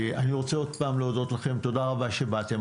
אני רוצה עוד פעם להודות לכם, תודה רבה שבאתם.